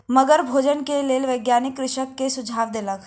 मगरक भोजन के लेल वैज्ञानिक कृषक के सुझाव देलक